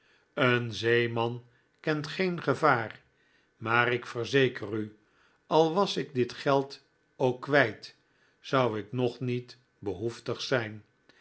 een zeeman kent geen gevaar maar ik verzeker u al jwas ik dit geld ook kwijt zou ik nog niet behoeftig zijn